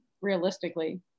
realistically